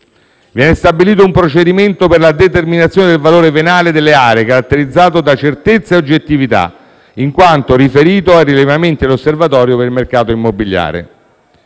Viene stabilito un procedimento per la determinazione del valore venale delle aree, caratterizzato da certezza e oggettività, in quanto riferito ai rilevamenti dell'Osservatorio del mercato immobiliare.